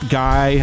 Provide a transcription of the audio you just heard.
guy